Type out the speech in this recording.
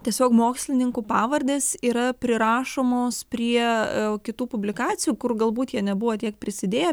tiesiog mokslininkų pavardės yra prirašomos prie kitų publikacijų kur galbūt jie nebuvo tiek prisidėję